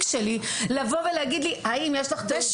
שלי לבוא ולשאול אותי האם יש לי תעודה.